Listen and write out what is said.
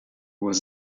was